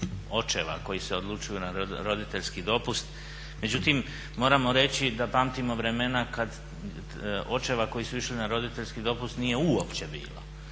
očeva koji se odlučuju na roditeljski dopust. Međutim moramo reći da pamtimo vremena očeva koji su išli na roditeljski dopust nije uopće bilo.